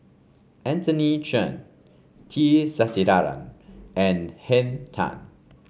Anthony Chen T Sasitharan and Henn Tan